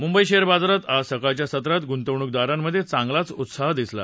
Mumbai share बाजारात आज सकाळच्या सत्रात गृंतवणुकदारांमधे चांगलाच उत्साह दिसला